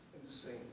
insane